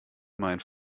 mein